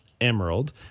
emerald